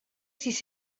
sis